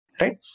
right